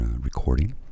recording